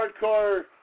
hardcore